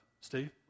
Steve